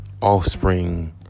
offspring